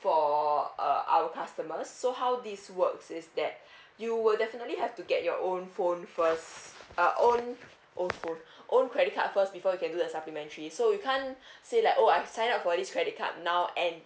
for err our customers so how this works is that you will definitely have to get your own phone first uh own own phone own credit card first before you can do the supplementary so you can't say like oh I sign up for this credit card now and